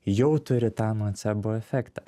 jau turi tą nocebo efektą